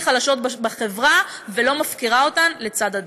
חלשות בחברה ולא מפקירה אותן לצד הדרך.